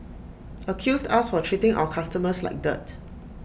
accused us for treating our customers like dirt